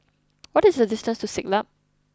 what is the distance to Siglap